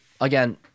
again